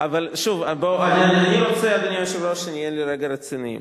אני רוצה, אדוני היושב-ראש, שנהיה לרגע רציניים.